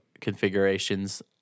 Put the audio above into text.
configurations